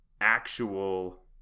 actual